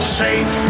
safe